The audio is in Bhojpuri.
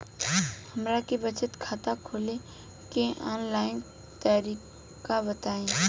हमरा के बचत खाता खोले के आन लाइन तरीका बताईं?